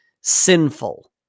sinful